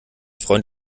freund